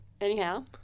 anyhow